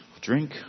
drink